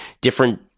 different